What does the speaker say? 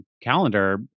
calendar